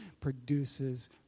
produces